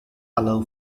allow